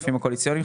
קואליציוניים.